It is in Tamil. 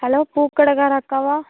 ஹலோ பூக்கடைக்கார அக்காவா